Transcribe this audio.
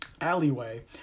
alleyway